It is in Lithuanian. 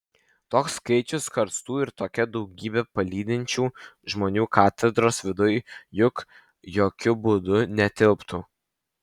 toks skaičius karstų ir tokia daugybė palydinčių žmonių katedros viduj juk jokiu būdu netilptų